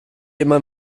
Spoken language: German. immer